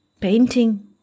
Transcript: painting